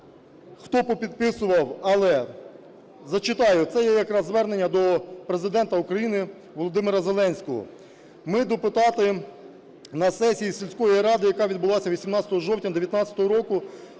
хто попідписував, але зачитаю, це є якраз звернення до Президента України Володимира Зеленського. "Ми, депутати, на сесії сільської ради, яка відбулася 18 жовтня 19-го року,